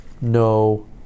no